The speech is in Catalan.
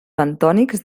bentònics